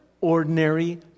ordinary